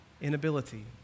inability